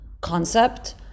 concept